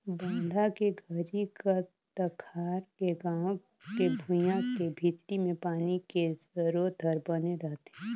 बांधा के घरी तखार के गाँव के भुइंया के भीतरी मे पानी के सरोत हर बने रहथे